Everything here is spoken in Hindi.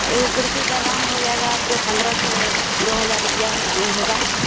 एगो कुर्सी का दाम हो जाएगा आपको पन्द्रह से दो हज़ार रुपया हो होगा